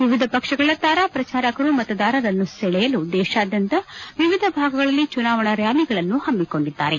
ವಿವಿಧ ಪಕ್ಷಗಳ ತಾರಾ ಪ್ರಜಾರಕರು ಮತದಾರರನ್ನು ಸೆಳೆಯಲು ದೇಶಾದ್ಲಂತ ವಿವಿಧ ಭಾಗಗಳಲ್ಲಿ ಚುನಾವಣಾ ರ್ತಾಲಿಗಳನ್ನು ಪಮ್ಮಿಕೊಂಡಿದ್ದಾರೆ